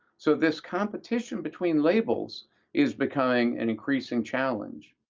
so this competition between labels is becoming an increasing challenge.